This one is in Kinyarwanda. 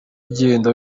ugenda